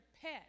pet